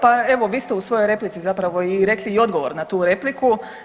Pa evo vi ste u svojoj replici zapravo i rekli i odgovor na tu repliku.